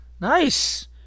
Nice